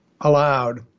allowed